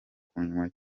kunywa